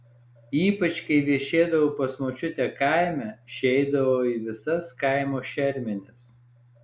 ypač kai viešėdavau pas močiutę kaime ši eidavo į visas kaimo šermenis